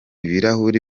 ibirahure